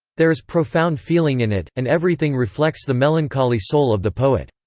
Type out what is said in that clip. there is profound feeling in it, and everything reflects the melancholy soul of the poet.